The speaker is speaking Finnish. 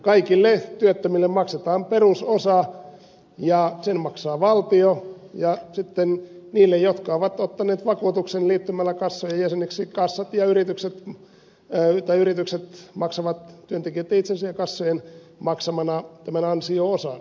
kaikille työttömille maksetaan perusosa ja sen maksaa valtio ja sitten niille jotka ovat ottaneet vakuutuksen liittymällä kassojen jäseniksi yritykset maksavat työntekijöitten itsensä ja kassojen maksamana tämän ansio osan